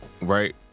right